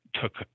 took